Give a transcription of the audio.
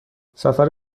سفر